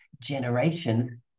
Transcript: generations